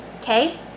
okay